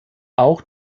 auch